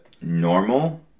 normal